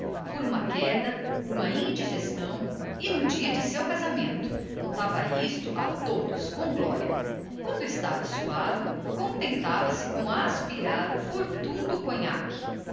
por uma queda um antraz e no dia do seu malfadado casamento contava isto a todos com glória quando temia constipar se aspirava cautelosamente o fartum